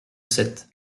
sept